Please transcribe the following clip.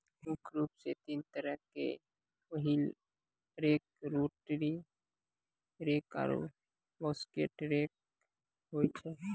मुख्य रूप सें तीन तरहो क rake wheel rake, rotary rake आरु बास्केट रेक होय छै